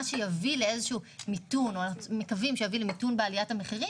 מה שאנחנו מקווים שיביא למיתון בעליית המחירים